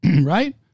right